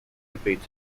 debated